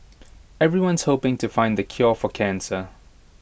everyone's hoping to find the cure for cancer